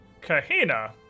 Kahina